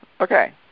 okay